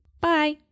Bye